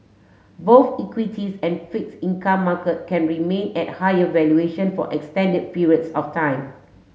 both equities and fix income market can remain at higher valuation for extended periods of time